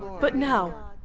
but now,